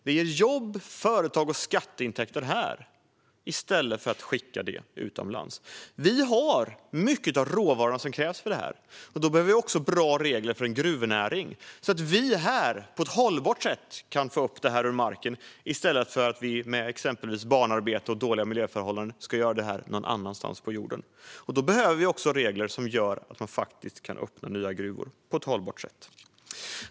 Det ger jobb, företag och skatteintäkter här, i stället för att vi skickar det utomlands. Vi har mycket av de råvaror som krävs. Då behöver vi också bra regler för gruvnäring, så att vi på ett hållbart sätt kan få upp detta ur marken här i stället för att med exempelvis barnarbete och dåliga miljöförhållanden göra det någon annanstans på jorden. Då behöver vi också regler som gör att man kan öppna nya gruvor på ett hållbart sätt.